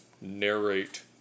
narrate